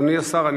אדוני השר,